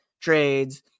trades